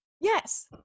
Yes